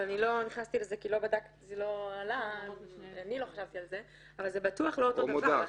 אני לא נכנסתי לזה, אבל זה בטוח לא אותו דבר.